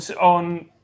on